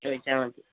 ചോദിച്ചാൽ മതി